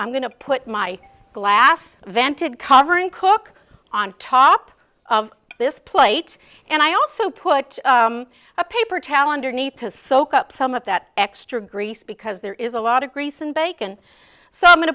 i'm going to put my glass vented covering cook on top of this plate and i also put a paper towel underneath to soak up some of that extra grease because there is a lot of grease and bacon so i'm going